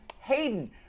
Hayden